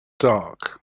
dark